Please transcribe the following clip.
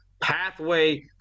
pathway